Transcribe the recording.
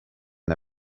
the